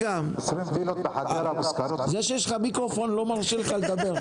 --- זה שיש לך מיקרופון לא אומר שאני מרשה לך לדבר.